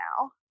now